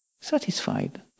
satisfied